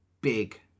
big